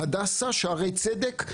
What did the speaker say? ובהדסה, שערי צדק,